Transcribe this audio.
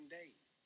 days